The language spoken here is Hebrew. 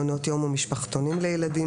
מעונות יום ומשפחתונים לילדים